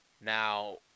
Now